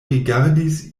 rigardis